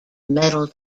medal